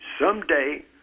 someday